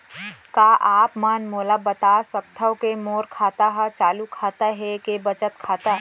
का आप मन मोला बता सकथव के मोर खाता ह चालू खाता ये के बचत खाता?